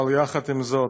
אבל יחד עם זאת,